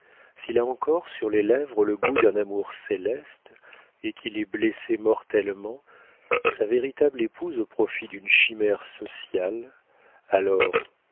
s'il a encore sur les lèvres le goût d'un amour céleste et qu'il ait blessé mortellement sa véritable épouse au profit d'une chimère sociale alors